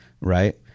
Right